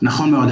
נכון מאוד.